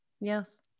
Yes